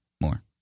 more